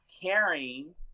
caring